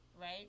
right